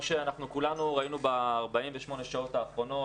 כמו שאנחנו כולנו ראינו ב-48 השעות האחרונות,